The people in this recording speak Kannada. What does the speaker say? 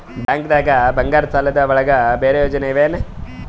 ಬ್ಯಾಂಕ್ದಾಗ ಬಂಗಾರದ್ ಸಾಲದ್ ಒಳಗ್ ಬೇರೆ ಯೋಜನೆ ಇವೆ?